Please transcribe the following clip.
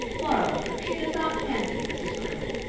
more-over, she did not fancy mrs. blewett.